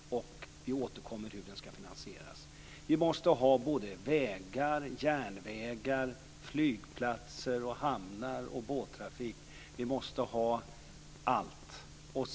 Vi återkommer till hur den ska finansieras. Vi måste ha vägar, järnvägar, flygplatser, hamnar och båttrafik. Vi måste ha allt.